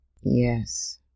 Yes